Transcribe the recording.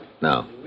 Now